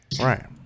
right